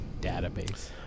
Database